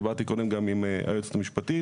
דיברתי קודם גם עם היועצת המשפטית,